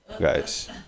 guys